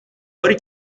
باری